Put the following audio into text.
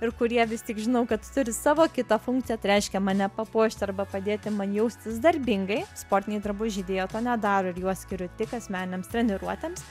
ir kurie vis tik žinau kad turi savo kitą funkciją tai reiškia mane papuošti arba padėti man jaustis darbingai sportiniai drabužiai deja to nedaro ir juos skiriu tik asmeninėms treniruotėms